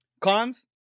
cons